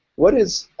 what is,